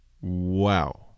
Wow